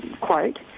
quote